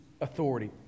authority